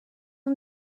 اون